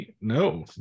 No